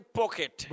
pocket